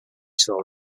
saw